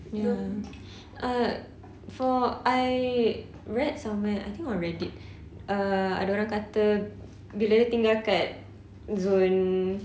ya uh for I read somewhere I think on reddit uh ada orang kata bila dia tinggal kat zone